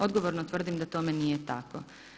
Odgovorno tvrdim da tome nije tako.